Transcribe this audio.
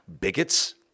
bigots